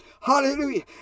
hallelujah